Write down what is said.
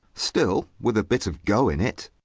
still, with a bit of go in it!